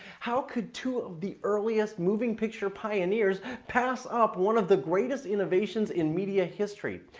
how could two of the earliest moving picture pioneers pass up one of the greatest innovations in media history?